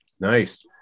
Nice